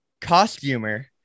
costumer